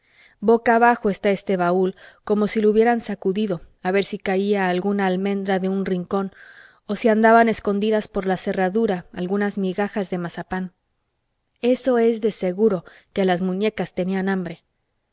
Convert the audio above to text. boca abajo está el baúl como si lo hubieran sacudido a ver si caía alguna almendra de un rincón o si andaban escondidas por la cerradura algunas migajas de mazapán eso es de seguro que las muñecas tenían hambre